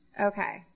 Okay